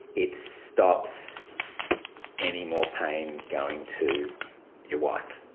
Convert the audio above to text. it stops any more pain going to your wife.